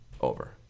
Over